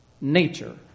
nature